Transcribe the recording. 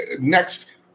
next